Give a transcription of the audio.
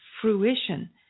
fruition